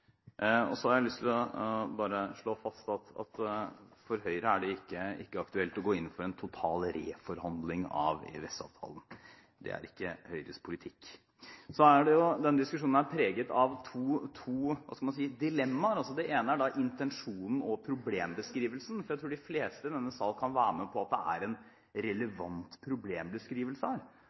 Så har jeg lyst til bare å slå fast at for Høyre er det ikke aktuelt å gå inn for en total reforhandling av EØS-avtalen. Det er ikke Høyres politikk. Denne diskusjonen er preget av to – hva skal man si – dilemmaer. Det ene er intensjonen og problembeskrivelsen. Jeg tror de fleste i denne sal kan være med på at det er en relevant problembeskrivelse her. Man har et åpent arbeidsmarked. Det er